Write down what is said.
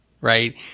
right